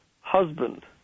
husband